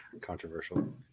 controversial